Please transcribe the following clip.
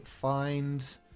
find